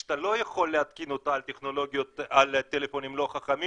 שאתה לא יכול להתקין אותה על טלפונים לא חכמים,